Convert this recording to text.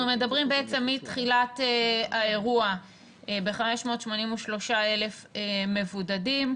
אנחנו מדברים בעצם מתחילת האירוע ב-583,000 מבודדים.